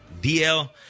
DL